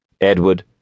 Edward